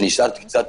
ונשארתי קצת,